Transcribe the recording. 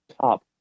top